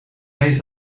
heeft